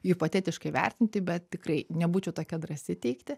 hipotetiškai vertinti bet tikrai nebūčiau tokia drąsi teikti